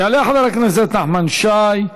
יעלה חבר הכנסת נחמן שי,